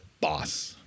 boss